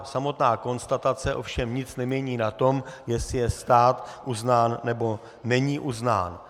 Samotná konstatace ovšem nic nemění na tom, jestli je stát uznán, nebo není uznán.